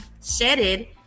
shedded